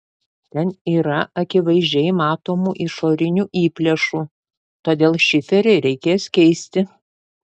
ten yra akivaizdžiai matomų išorinių įplėšų todėl šiferį reikės keisti